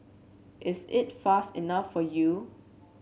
is it fast enough for you